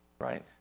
Right